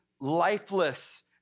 lifeless